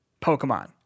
Pokemon